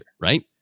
right